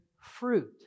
fruit